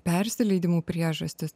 persileidimų priežastis